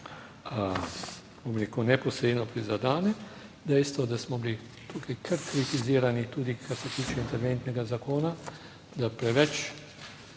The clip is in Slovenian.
rekel, neposredno prizadene dejstvo, da smo bili tukaj kar kritizirani, tudi kar se tiče interventnega zakona, da preveč